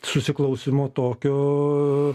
susiklausymo tokio